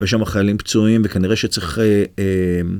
ויש שם החיילים פצועים, וכנראה שצריך אה...